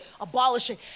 abolishing